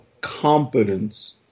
competence